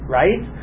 right